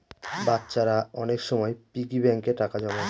বাচ্চারা অনেক সময় পিগি ব্যাঙ্কে টাকা জমায়